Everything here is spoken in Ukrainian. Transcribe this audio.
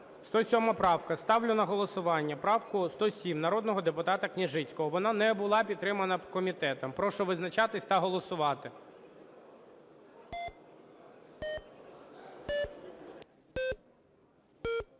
107 правка. Ставлю на голосування правку 107 народного депутата Княжицького. Вона не була підтримана комітетом. Прошу визначатись та голосувати.